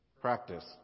practice